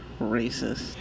racist